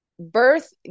birth